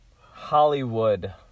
Hollywood